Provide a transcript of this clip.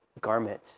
garment